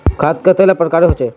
खाद कतेला प्रकारेर होचे?